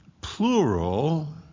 plural